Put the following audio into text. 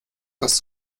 das